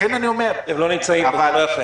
הם לא נמצאים פה, זה לא יפה.